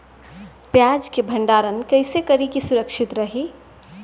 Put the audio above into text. प्याज के भंडारण कइसे करी की सुरक्षित रही?